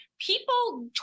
people